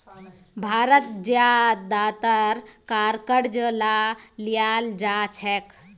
भारत ज्यादातर कार क़र्ज़ स लीयाल जा छेक